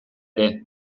ere